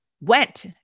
went